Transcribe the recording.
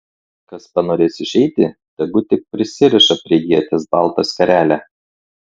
kas panorės išeiti tegu tik prisiriša prie ieties baltą skarelę